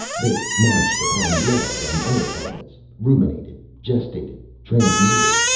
they munched upon lead and other elements, ruminated, gestated, transmuted,